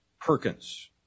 Perkins